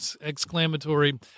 exclamatory